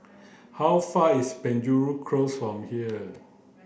how far is Penjuru Close from here